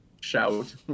shout